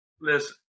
listen